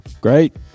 Great